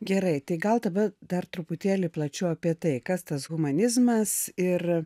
gerai tai gal tada dar truputėlį plačiau apie tai kas tas humanizmas ir